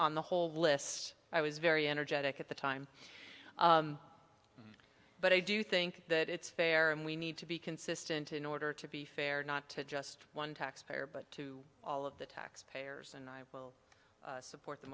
on the whole list i was very energetic at the time but i do think that it's fair and we need to be consistent in order to be fair not to just one taxpayer but to all of the taxpayers and i will support the